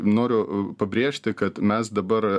noriu pabrėžti kad mes dabar